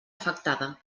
afectada